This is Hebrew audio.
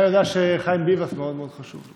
חיים ביבס, מאוד חשוב לו.